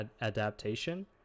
adaptation